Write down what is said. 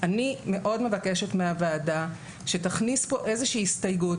אני מאוד מבקשת מהוועדה שתכניס כאן איזושהי הסתייגות.